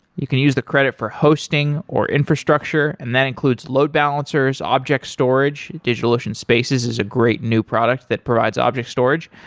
you can use the credit for hosting, or infrastructure, and that includes load balancers, object storage. digitalocean spaces is a great new product that provides object storage,